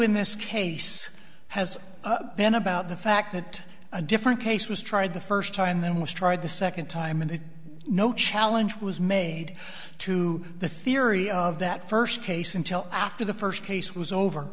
in this case has been about the fact that a different case was tried the first time and then was tried the second time and no challenge was made to the theory of that first case until after the first case was over